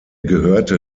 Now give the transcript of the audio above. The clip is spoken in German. gehörte